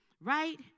right